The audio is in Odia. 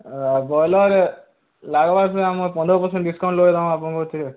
ବ୍ରଏଲର୍ରେ ଲାଗ୍ବା ସିନେ ଆମର୍ ପନ୍ଦର ପର୍ସେଣ୍ଟ ଡିସ୍କାଉଣ୍ଟ ଲଗେଇଦେମା ଆପଣଙ୍କ ଥିରେ